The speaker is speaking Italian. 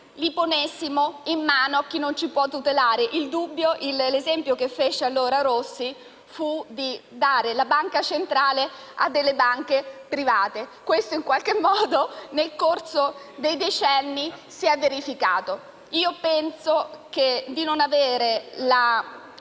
essenziali in mano a chi non ci può tutelare. L'esempio che fece allora Rossi fu di dare la gestione della Banca centrale a delle banche private. Questo, in qualche modo, nel corso dei decenni si è verificato. Io penso di non avere la